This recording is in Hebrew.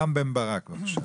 רם בן ברק, בבקשה.